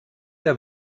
der